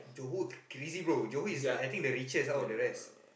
Johor crazy bro Johor is like I think the richest out of the rest